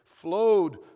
flowed